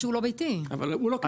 כבודו,